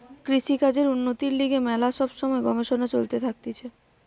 কৃষিকাজের উন্নতির লিগে ম্যালা সব সময় গবেষণা চলতে থাকতিছে